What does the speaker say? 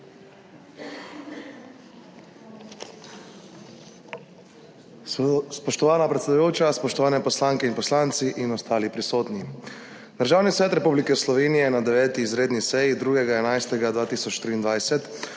Spoštovana predsedujoča, spoštovane poslanke in poslanci in ostali prisotni! Državni svet Republike Slovenije je na 9. izredni seji 2. 11. 2023